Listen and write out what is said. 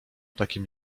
takim